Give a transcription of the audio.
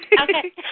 Okay